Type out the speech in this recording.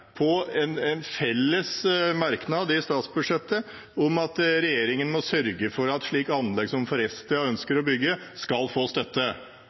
statsbudsjettet om at regjeringen må sørge for at slike anlegg som Forestia ønsker å bygge, skal få støtte.